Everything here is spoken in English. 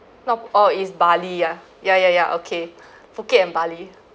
not oh is bali ah ya ya ya okay phuket and bali